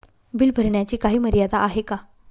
Bill भरण्याची काही मर्यादा आहे का?